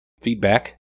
feedback